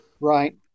right